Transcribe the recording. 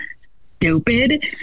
stupid